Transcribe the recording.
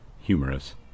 humorous